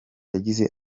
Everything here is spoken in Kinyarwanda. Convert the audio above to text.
yagize